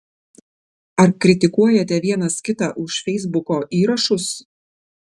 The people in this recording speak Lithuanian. ar kritikuojate vienas kitą už feisbuko įrašus